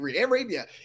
Arabia